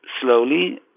slowly